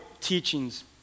teachings